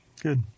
Good